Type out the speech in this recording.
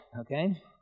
okay